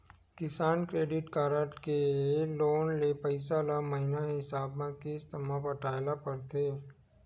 किसान credit card के loan के पइसा ल महिना हिसाब म किस्त म पटाए ल परथे